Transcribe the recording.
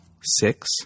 six